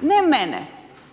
ne mene,